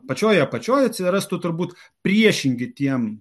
pačioje apačioje atsirastų turbūt priešingi tiem